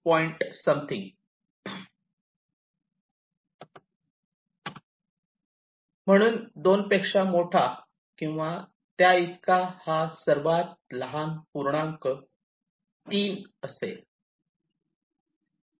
point something म्हणून 2 पेक्षा मोठा किंवा त्याइतका हा सर्वात लहान पूर्णांक 3 असेल